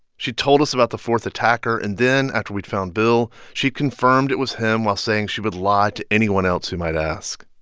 she told us about the fourth attacker. and then, after we'd found bill, she confirmed it was him while saying she would lie to anyone else who might ask.